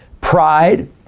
pride